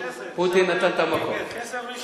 פוטין נתן את המקום, כסף ראשון.